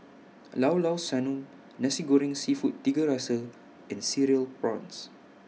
Llao Llao Sanum Nasi Goreng Seafood Tiga Rasa and Cereal Prawns